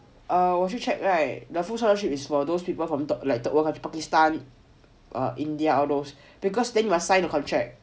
err 我去 check right the full scholarship is for those people from the third world country like Pakistan India all those because they must sign the contract